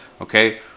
Okay